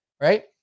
right